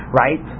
right